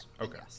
Okay